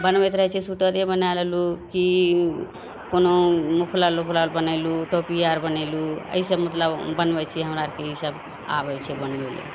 बनबैत रहय छियै सुइटरे बना लेलहुँ की उ कोनो मफलर लोफलर बनैलू टोपी आर बनैलू अइसब मतलब बनबै छियै हमराआरके इसब आबै छै बनबैलए